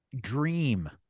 dream